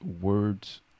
words